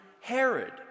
Herod